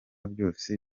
byose